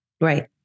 Right